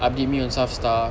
update me on some stuff